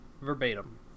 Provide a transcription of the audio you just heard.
verbatim